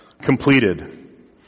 completed